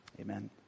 Amen